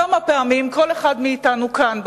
כמה פעמים כל אחד מאתנו כאן,